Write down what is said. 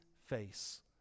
face